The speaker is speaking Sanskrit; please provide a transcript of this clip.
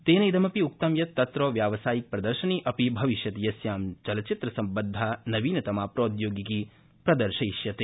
तेन इदमपि उक्तं यत् तत्र व्यावसायिक प्रदर्शनी अपि भविष्यति यस्यां चलच्चित्रसम्बद्धा नवीनतमा प्रौद्योगिकी प्रदर्शयिष्यते